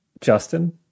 Justin